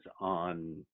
on